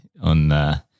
on